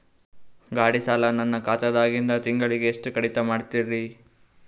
ಗಾಢಿ ಸಾಲ ನನ್ನ ಖಾತಾದಾಗಿಂದ ತಿಂಗಳಿಗೆ ಎಷ್ಟು ಕಡಿತ ಮಾಡ್ತಿರಿ?